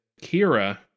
Kira